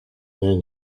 then